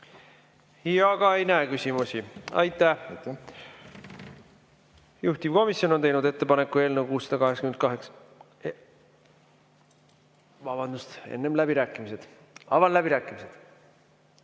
Ka ei näe küsimusi. Aitäh! Juhtivkomisjon on teinud ettepaneku eelnõu 688 ... Vabandust! Enne on läbirääkimised. Avan läbirääkimised.